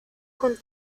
con